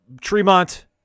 Tremont